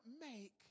make